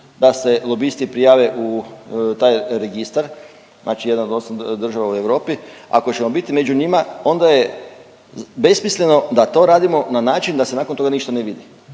da se lobisti prijave u taj registar, znači jedan od 8 država u Europi, ako ćemo biti među njima onda je besmisleno da to radimo na način da se nakon toga ništa ne vidi.